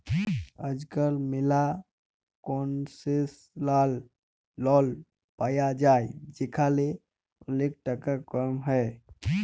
আজকাল ম্যালা concessional loan পায়া যায় যেখালে ওলেক টাকা কম হ্যয়